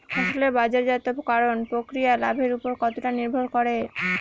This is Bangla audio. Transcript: ফসলের বাজারজাত করণ প্রক্রিয়া লাভের উপর কতটা নির্ভর করে?